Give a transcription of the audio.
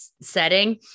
setting